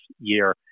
year